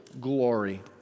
glory